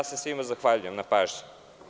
Svima se zahvaljujem na pažnji.